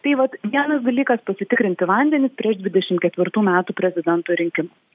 tai vat vienas dalykas pasitikrinti vandenis prieš dvidešimt ketvirtų metų prezidento rinkimus